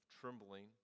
trembling